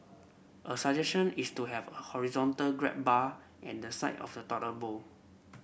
a suggestion is to have a horizontal grab bar and the side of the toilet bowl